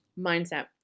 mindset